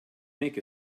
make